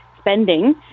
spending